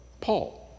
Paul